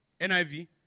NIV